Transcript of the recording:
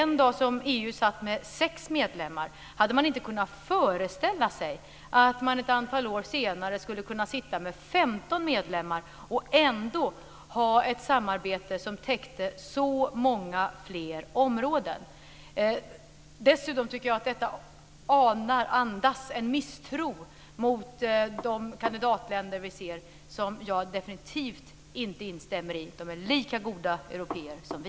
Den dag som EU hade sex medlemmar hade man inte kunnat föreställa sig att man ett antal år senare skulle kunna ha 15 medlemmar och ändå ha ett samarbete som täcker så många fler områden. Dessutom tycker jag att detta andas en misstro mot kandidatländerna som jag definitivt inte instämmer i. De är lika goda européer som vi.